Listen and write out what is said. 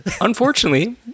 unfortunately